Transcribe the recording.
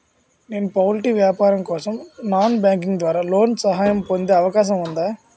నేను పౌల్ట్రీ వ్యాపారం కోసం నాన్ బ్యాంకింగ్ ద్వారా లోన్ సహాయం పొందే అవకాశం ఉందా?